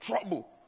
trouble